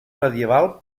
medieval